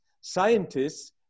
scientists